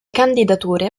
candidature